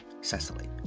Cecily